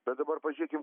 bet dabar pažiūrėkim